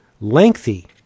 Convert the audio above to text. lengthy